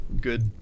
good